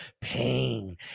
pain